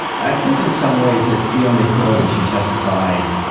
i think in some ways that fiona hill, when she testified,